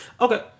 Okay